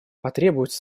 потребуется